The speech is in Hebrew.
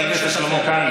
חבר הכנסת שלמה קרעי,